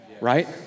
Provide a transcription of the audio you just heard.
right